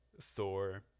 thor